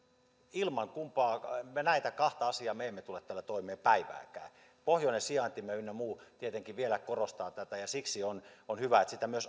ilman näitä kahta asiaa me emme tule täällä toimeen päivääkään pohjoinen sijaintimme ynnä muu tietenkin vielä korostavat tätä ja siksi on hyvä että näitä